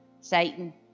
Satan